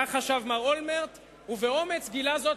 כשהם באופוזיציה,